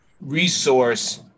resource